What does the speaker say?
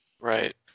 right